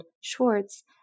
Schwartz